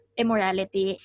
immorality